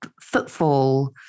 footfall